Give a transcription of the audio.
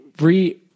re